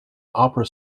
opera